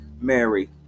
Mary